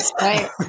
right